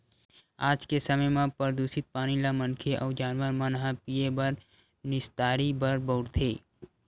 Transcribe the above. आज के समे म परदूसित पानी ल मनखे अउ जानवर मन ह पीए बर, निस्तारी बर बउरथे